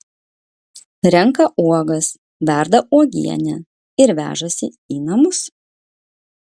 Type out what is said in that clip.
renka uogas verda uogienę ir vežasi į namus